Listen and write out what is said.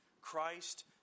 Christ